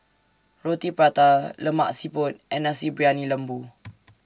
Roti Prata Lemak Siput and Nasi Briyani Lembu